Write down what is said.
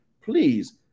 please